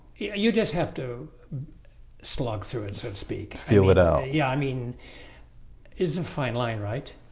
you just have to slog through it. so speak fill it out. yeah, i mean is a fine line, right?